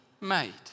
made